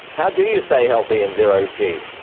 how do you stay healthy in zero g? yes,